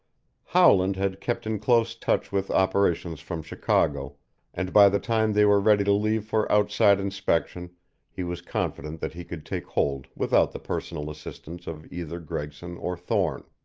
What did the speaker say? howland had kept in close touch with operations from chicago and by the time they were ready to leave for outside inspection he was confident that he could take hold without the personal assistance of either gregson or thorne.